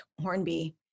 Hornby